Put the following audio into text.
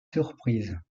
surprise